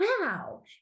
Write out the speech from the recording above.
wow